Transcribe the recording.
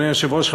אדוני היושב-ראש,